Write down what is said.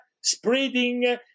spreading